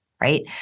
right